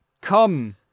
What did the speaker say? Come